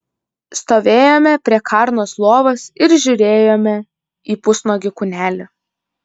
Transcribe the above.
stovėjome prie karnos lovos ir žiūrėjome į pusnuogį kūnelį